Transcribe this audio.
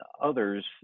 others